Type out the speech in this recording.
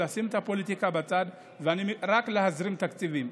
לשים את הפוליטיקה בצד ורק להזרים תקציבים.